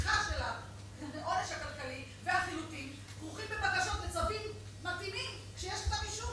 העונש הכלכלי והחילוטים כרוכים בבקשות לצווים מתאימים כשיש כתב אישום.